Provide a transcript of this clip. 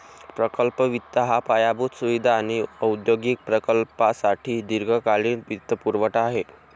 प्रकल्प वित्त हा पायाभूत सुविधा आणि औद्योगिक प्रकल्पांसाठी दीर्घकालीन वित्तपुरवठा आहे